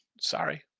sorry